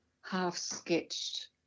half-sketched